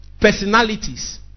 personalities